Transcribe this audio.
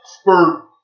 spurt